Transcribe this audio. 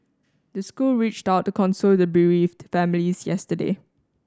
the school reached out to console the bereaved families yesterday